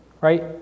right